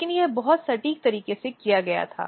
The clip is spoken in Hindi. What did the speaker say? लेकिन यह बहुत सटीक तरीके से किया गया था